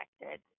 affected